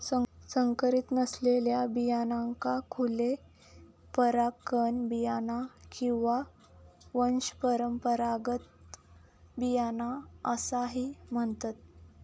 संकरीत नसलेल्या बियाण्यांका खुले परागकण बियाणा किंवा वंशपरंपरागत बियाणा असाही म्हणतत